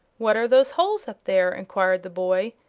what are those holes up there? enquired the boy,